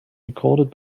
recorded